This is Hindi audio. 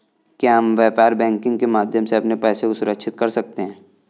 क्या हम व्यापार बैंकिंग के माध्यम से अपने पैसे को सुरक्षित कर सकते हैं?